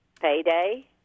Payday